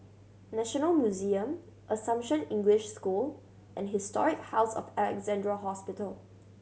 National Museum Assumption English School and Historic House of Alexandra Hospital